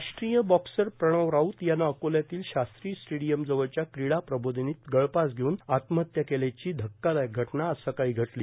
राष्ट्रीय बॉक्सर प्रणव राऊत यानं अकोल्यातील शास्त्री स्टेडियमजवळच्या क्रीडा प्रबोधनीत गळफास घेऊन आत्महत्या केल्याची धक्कादायक घटना आज सकाळी घडली